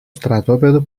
στρατόπεδο